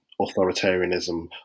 authoritarianism